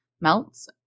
melts